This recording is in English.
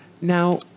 Now